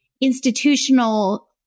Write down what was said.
institutional